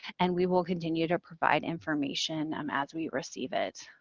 and we will continue to provide information um as we receive it.